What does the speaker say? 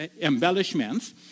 embellishments